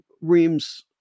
reams